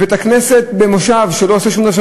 בבית-הכנסת במושב שלא מקיים שום שמירה,